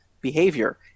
behavior